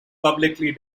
publicly